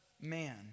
Man